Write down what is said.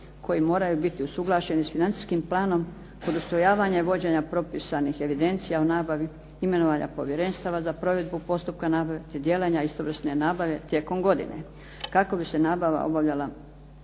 koji moraju biti usuglašeni s financijskim planom kod ustrojavanja i vođenja propisanih evidencija o nabavi, imenovanja povjerenstava za provedbu postupka nabave te …/Govornica se ne razumije./… istovrsne nabave tijekom godine kako bi se nabava obavljala